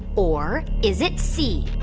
or is it c,